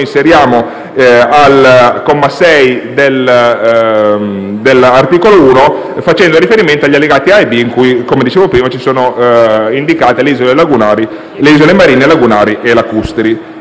inseriamo al comma 6 dell'articolo 1, facendo riferimento agli allegati A e B in cui, come dicevo prima, sono indicate le isole marine, lagunari e lacustri.